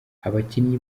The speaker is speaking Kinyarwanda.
abakinnyi